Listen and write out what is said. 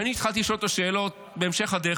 כשאני התחלתי לשאול אותו שאלות בהמשך הדרך,